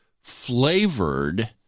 Flavored